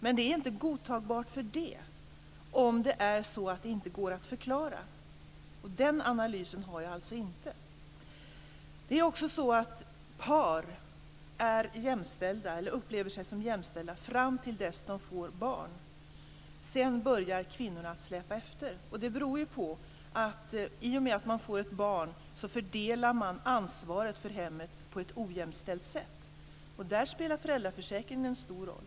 Men det är inte godtagbart för det, om det är så att det inte går att förklara. Den analysen har jag alltså inte. Par upplever sig som jämställda fram till dess att de får barn. Sedan börjar kvinnorna att släpa efter. Det beror på att man i och med att man får ett barn fördelar ansvaret för hemmet på ett icke jämställt sätt. Där spelar föräldraförsäkringen stor roll.